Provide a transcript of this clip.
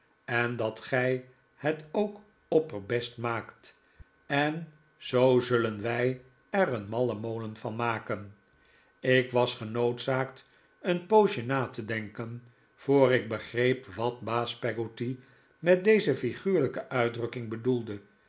en dat gij het ook opperbest maakt en zoo zullen wij er een mallemolen van maken ik was genoodzaakt een poosje na te denken voor ik begreep wat baas peggotty met deze figuurlijke uitdrukking bedoelde